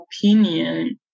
opinion